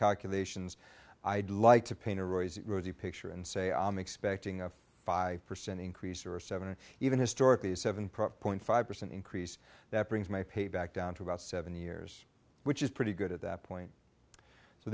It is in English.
calculations i'd like to paint a rosy rosy picture and say i am expecting a five percent increase or a seven or even historically seven profit point five percent increase that brings my payback down to about seven years which is pretty good at that point so